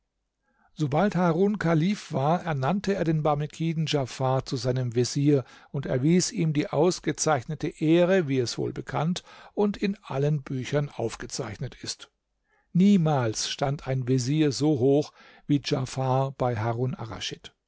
sobald harun kalif war ernannte er den barmekiden djafar zu seinem vezier und erwies ihm die ausgezeichnete ehre wie es wohl bekannt und in allen büchern aufgezeichnet ist niemals stand ein vezier so hoch wie djafar bei harun